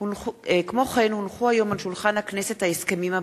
שהונחו על שולחן הכנסת 4 מזכירת הכנסת